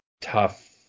tough